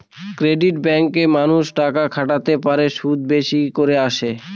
credit ব্যাঙ্কে মানুষ টাকা খাটাতে পারে, সুদ বেশি করে আসে